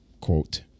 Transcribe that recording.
quote